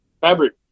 fabric